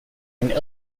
and